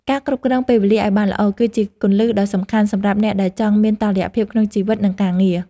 ការគ្រប់គ្រងពេលវេលាឱ្យបានល្អ គឺជាគន្លឹះដ៏សំខាន់សម្រាប់អ្នកដែលចង់មានតុល្យភាពក្នុងជីវិតនិងការងារ។